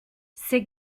ses